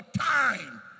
time